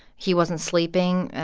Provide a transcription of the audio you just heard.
he wasn't sleeping.